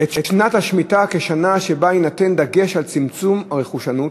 את שנת השמיטה כשנה שבה יינתן דגש על צמצום הרכושנות,